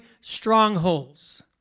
strongholds